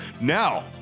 Now